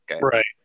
Right